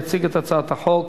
יציג את הצעת החוק